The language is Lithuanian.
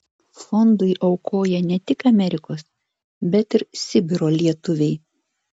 fondui aukoja ne tik amerikos bet ir sibiro lietuviai